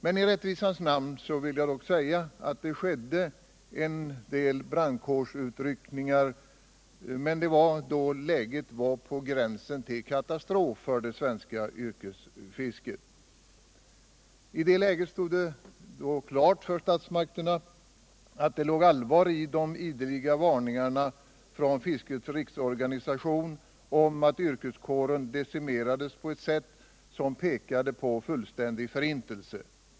I rättvisans namn vill jag dock säga att det så småningom skedde en del brandkårsutryckningar, men det var då läget var på gränsen till katastrof för det svenska yrkesfisket. I det läget stod det klart för statsmakterna att det låg allvar i de ideliga varningarna från fiskets riksorganisation om att yrkeskåren decimerades på ett sätt som pekade mot fullständig förintelse.